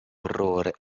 orrore